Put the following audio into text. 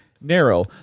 narrow